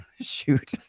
shoot